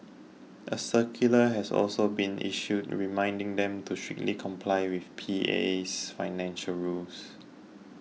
a circular has also been issued reminding them to strictly comply with PA's financial rules